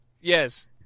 Yes